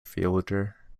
fielder